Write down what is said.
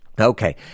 Okay